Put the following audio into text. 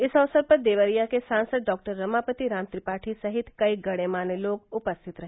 इस अवसर पर देवरिया के सांसद डॉक्टर रमापति राम त्रिपाठी सहित कई गण्यमान्य लोग उपस्थित रहे